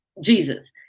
Jesus